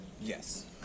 Yes